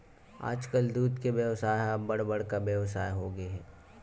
आजकाल दूद के बेवसाय ह अब्बड़ बड़का बेवसाय होगे हे